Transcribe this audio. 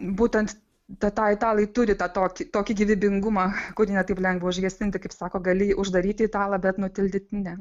būtent tą tą italai turi tą tokį tokį gyvybingumą kurį ne taip lengva užgesinti kaip sako gali uždaryti italą bet nutildyti ne